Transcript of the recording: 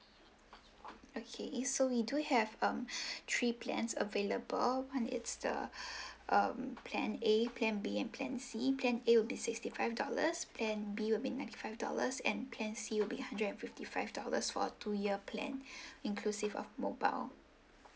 okay so we do have um three plans available and it's the um plan A plan B and plan C plan A will be sixty five dollars plan B will be ninety five dollars and plan C will be hundred and fifty five dollars for two year plan inclusive of mobile